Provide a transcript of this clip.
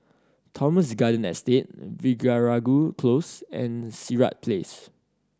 Thomson Garden Estate Veeragoo Close and Sirat Place